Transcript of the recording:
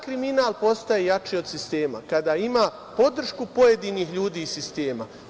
Kriminal postaje jači od sistema kada ima podršku pojedinih ljudi iz sistema.